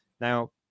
Now